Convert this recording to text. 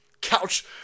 Couch